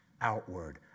outward